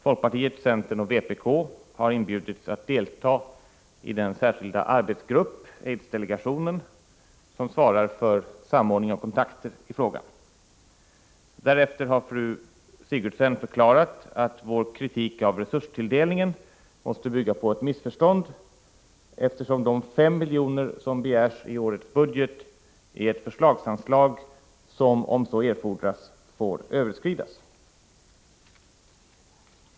Folkpartiet, centern och vpk har inbjudits att delta i den särskilda arbetsgrupp, aidsdelegationen, som svarar för samordning och kontakter i frågan. Därefter har fru Sigurdsen förklarat att vår kritik mot resurstilldelningen måste bygga på ett missförstånd, eftersom de 5 miljoner som begärs i årets budget är ett förslagsanslag som, om så erfordras, får överskridas.